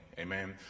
Amen